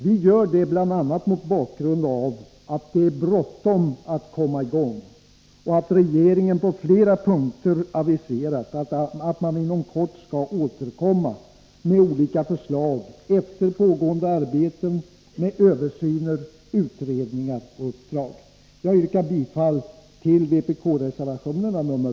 Vi gör det bl.a. mot bakgrund av att det är bråttom att komma i gång och att regeringen på flera punkter aviserat att man inom kort skall återkomma med olika förslag efter pågående arbeten med översyner och utredningar.